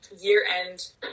year-end